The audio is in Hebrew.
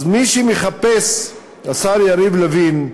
אז מי שמחפש, השר יריב לוין,